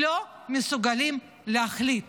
לא מסוגלים להחליט